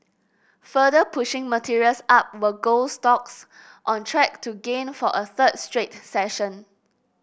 further pushing materials up were gold stocks on track to gain for a third straight session